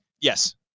Yes